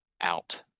out